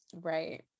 right